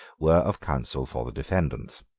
were of counsel for the defendants.